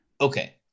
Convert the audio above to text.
okay